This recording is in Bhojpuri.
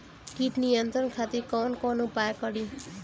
कीट नियंत्रण खातिर कवन कवन उपाय करी?